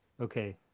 okay